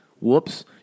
Whoops